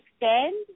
extend